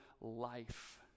life